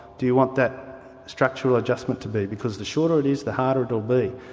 do you want that structural adjustment to be, because the shorter it is the harder it will be,